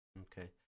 Okay